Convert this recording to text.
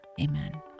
amen